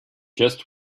just